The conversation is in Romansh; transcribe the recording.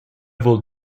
vul